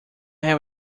have